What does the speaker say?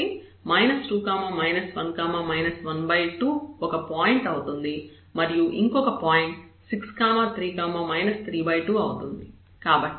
కాబట్టి 2 1 12 ఒక పాయింట్ అవుతుంది మరియు ఇంకొక పాయింట్ 6 3 32 అవుతుంది